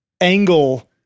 angle